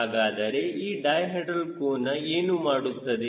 ಹಾಗಾದರೆ ಈ ಡೈಹೆಡ್ರಲ್ ಕೋನ ಏನು ಮಾಡುತ್ತದೆ